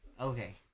Okay